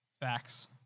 Facts